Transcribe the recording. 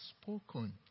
spoken